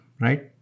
right